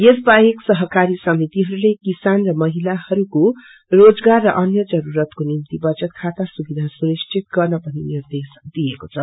यस बाहेक सहकारी समितिहरूले किसान र महिलाहरूको रोजागार र अन्य जरूरतको निम्ति बचत खाता सुविधा सुनिश्चित गर्न पनि निर्देश दिएको छ